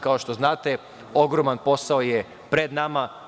Kao što znate, ogroman posao je pred nama.